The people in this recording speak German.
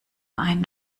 einen